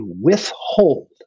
withhold